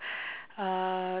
uh